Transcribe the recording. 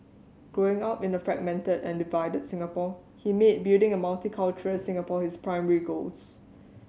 growing up in a fragmented and divided Singapore he made building a multicultural Singapore his primary goals